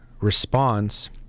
response